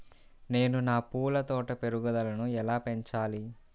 నేను నా పూల తోట పెరుగుదలను ఎలా పెంచాలి?